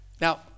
Now